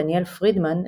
דניאל פרידמן,